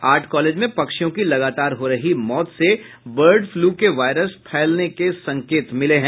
art college में पक्षियों की लगातार हो रही मौत से बर्ड फ्लू के वायरस फैलने के संकेत मिले हैं